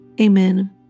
Amen